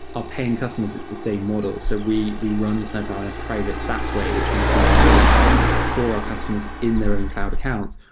ah paying customers, it's the same model. so we we run snowplow in a private saas way, which means we run snowplow for our customers in their own cloud accounts.